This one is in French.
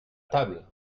table